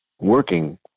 working